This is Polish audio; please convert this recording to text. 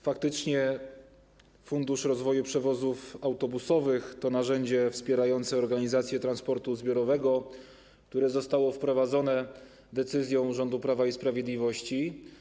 Faktycznie fundusz rozwoju przewozów autobusowych to narzędzie wspierające organizację transportu zbiorowego, które zostało wprowadzone decyzją rządu Prawa i Sprawiedliwości.